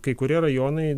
kai kurie rajonai